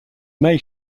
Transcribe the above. may